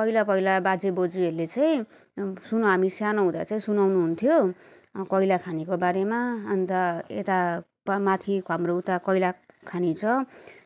पहिला पहिला बाजेबोजुहरूले चाहिँ सुन हामी सानो हुँदा चाहिँ सुनाउनु हुन्थ्यो कोइलाखानीको बारेमा अन्त यता प माथि हाम्रो उता कोइलाखानी छ